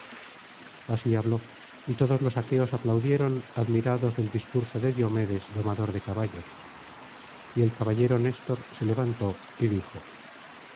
así habló y todos los aqueos aplaudieron admirados del discurso de diomedes domador de caballos y el caballero néstor se levantó y dijo